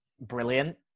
brilliant